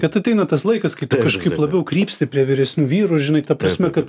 kad ateina tas laikas kai tu kažkaip labiau krypsti prie vyresnių vyrų žinai ta prasme kad